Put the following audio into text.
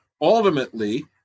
ultimately